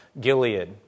Gilead